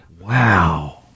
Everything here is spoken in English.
Wow